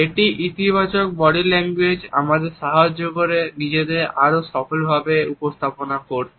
একটি ইতিবাচক body language আমাদের সাহায্য করে নিজেদেরকে আরো সফলভাবে উপস্থাপনা করতে